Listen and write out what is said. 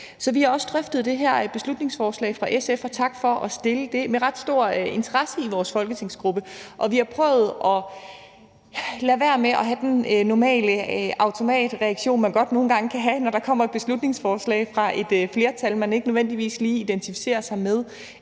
Så vi har også drøftet det her beslutningsforslag fra SF – og tak for at fremsætte det – med ret stor interesse i vores folketingsgruppe, og vi har prøvet at lade være med at have den normale automatreaktion, man godt nogle gange kan have, når der kommer et beslutningsforslag fra et flertal, man ikke nødvendigvis lige identificerer sig med.